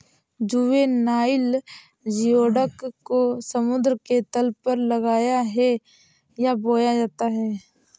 juvenile geoduck को समुद्र के तल पर लगाया है या बोया जाता है